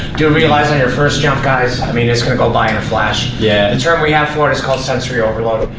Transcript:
you'll realize on your first jump, guys i mean, it's gonna by in a flash. yeah the term we have for it is called sensory overload.